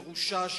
מרושע,